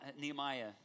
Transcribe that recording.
Nehemiah